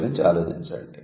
వీటి గురించి ఆలోచించండి